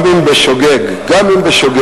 גם אם בשוגג, גם אם בשוגג,